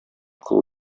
кылу